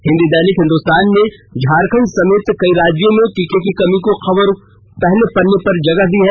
हिन्दी दैनिक हिंदुस्तान ने झारखंड समेत कई राज्यों में टीके की कमी की खबर को पहले पन्ने पर जगह दी है